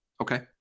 okay